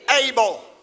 able